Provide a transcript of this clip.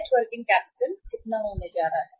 net working capital कितना होने जा रहा है